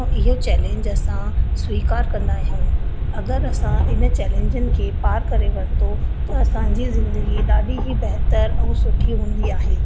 ऐं इहो चैलेंज असां स्वीकारु कंदा आहियूं अगरि असां इन्हनि चैलेंजनि खे पार करे वरितो त असांजी ज़िंदगी ॾाढी ई सुठी ऐं बेहतरु हूंदी आहे